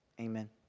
amen